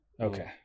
Okay